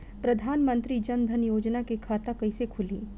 प्रधान मंत्री जनधन योजना के खाता कैसे खुली?